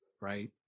right